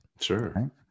Sure